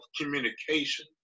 communication